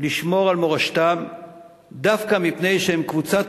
לשמור על מורשתם דווקא מפני שהם קבוצת